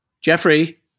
Jeffrey